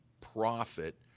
profit